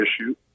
issue